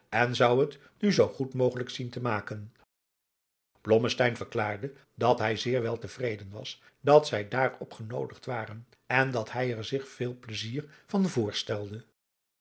en zou het nu zoo goed mogelijk zien te maken blommesteyn verklaarde dat hij zeer wel te vreden was dat zij daarop genoodigd waren en dat hij er zich veel plaisier van voorstelde